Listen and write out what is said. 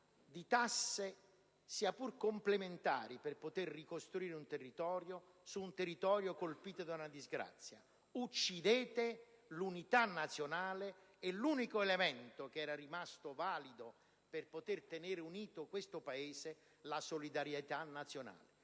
di tasse, sia pure complementari per poter ricostruire un territorio, un territorio colpito da una disgrazia? Uccidete l'unità nazionale e l'unico elemento che era rimasto valido per poter tenere unito questo Paese, la solidarietà, che